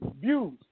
views